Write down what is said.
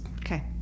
Okay